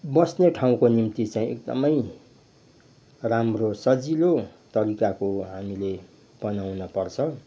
बस्ने ठाउँको निम्ति चाहिँ एकदमै राम्रो सजिलो तरिकाको हामीले बनाउनपर्छ